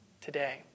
today